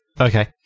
Okay